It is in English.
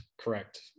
Correct